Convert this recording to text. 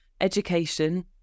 education